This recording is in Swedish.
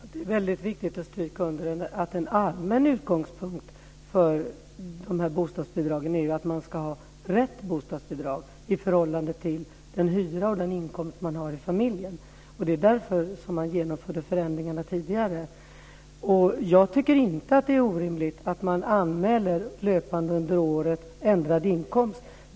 Fru talman! Det är väldigt viktig att understryka att en allmän utgångspunkt för bostadsbidragen är att man ska ha rätt bostadsbidrag i förhållande till den hyra man har och den inkomst man har i familjen. Det är därför man tidigare genomförde förändringarna. Jag tycker inte att det är orimligt att man löpande under året anmäler ändrad inkomst.